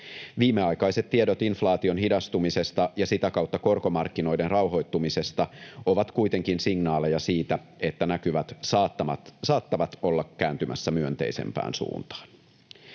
Viimeaikaiset tiedot inflaation hidastumisesta ja sitä kautta korkomarkkinoiden rauhoittumisesta ovat kuitenkin signaaleja siitä, että näkymät saattavat olla kääntymässä myönteisempään suuntaan.